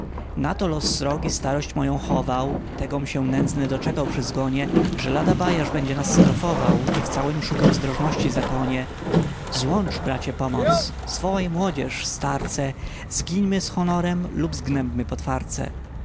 na to los srogi starość moję chował tegom się nędzny doczekał przy zgonie że lada bajarz będzie nas strofował i w całym szukał zdrożności zakonie złącz bracie pomoc zwołaj młodzież starce zgińmy z honorem lub zgnębmy potwarcę